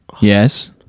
Yes